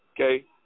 Okay